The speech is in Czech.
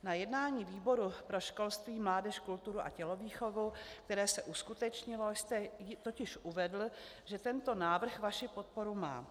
Na jednání výboru pro školství, mládež, kulturu a tělovýchovu, které se uskutečnilo, jste totiž uvedl, že tento návrh vaši podporu má.